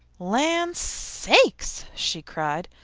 land sakes! she cried.